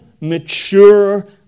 mature